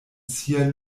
sia